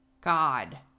God